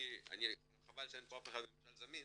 חבל שאין כאן מישהו מממשל זמין